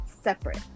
separate